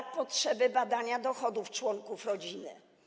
Nie ma potrzeby badania dochodów członków rodziny.